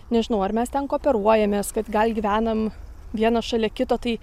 nežinau ar mes ten kooperuojamės kad gal gyvenam vienas šalia kito tai